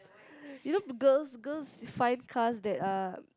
you know girls girls find cars that are